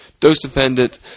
Dose-dependent